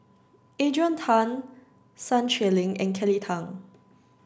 Adrian Tan Sun Xueling and Kelly Tang